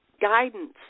guidance